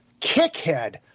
Kickhead